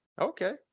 Okay